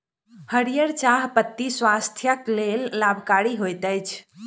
हरीयर चाह पत्ती स्वास्थ्यक लेल लाभकारी होइत अछि